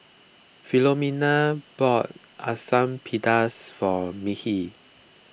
Philomena bought Asam Pedas for Mekhi